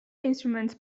instruments